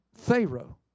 pharaoh